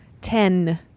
ten